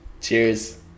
Cheers